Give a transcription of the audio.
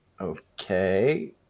Okay